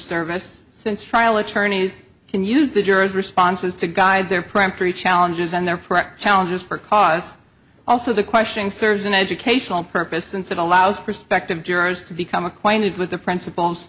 service since trial attorneys can use the jurors responses to guide their primary challenges and they're perfect challenges for cause also the questioning serves an educational purpose since it allows prospective jurors to become acquainted with the princip